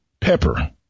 Pepper